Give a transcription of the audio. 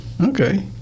Okay